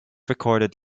recorded